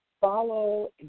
Follow